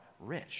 rich